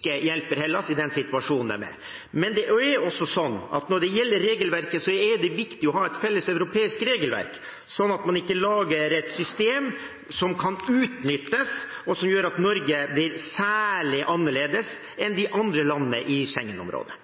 hjelper Hellas i den situasjonen de er i. Når det gjelder regelverket, er det viktig å ha et felles europeisk regelverk, slik at man ikke lager et system som kan utnyttes, og som gjør at Norge blir særlig annerledes enn de andre landene i Schengen-området.